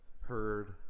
heard